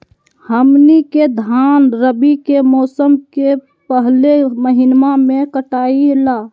हमनी के धान रवि के मौसम के पहले महिनवा में कटाई ला